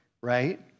right